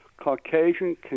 Caucasian